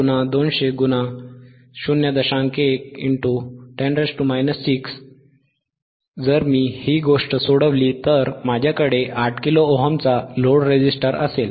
110 6 कारण ते मायक्रोफॅरडµFमध्ये आहे जर मी ही गोष्ट सोडवली तर माझ्याकडे 8 किलो ओहमचा 8kΩ लोड रेझिस्टर असेल